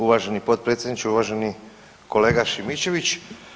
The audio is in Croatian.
Uvaženi potpredsjedniče, uvaženi kolega Šimičević.